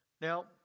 Now